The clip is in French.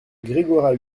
gregoras